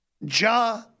Ja